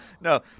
no